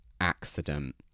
accident